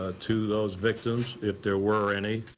ah to those victims, if there were any.